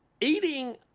eating